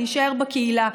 להישאר בקהילה,